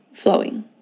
Flowing